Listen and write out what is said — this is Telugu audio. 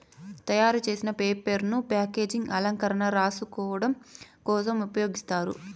తయారు చేసిన పేపర్ ను ప్యాకేజింగ్, అలంకరణ, రాసుకోడం కోసం ఉపయోగిస్తారు